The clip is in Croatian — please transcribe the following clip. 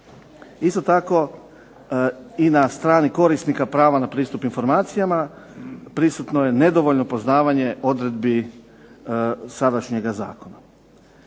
Isto tako i na strani korisnika prava na pristup informacijama prisutno je nedovoljno poznavanje odredbi sadašnjeg zakona.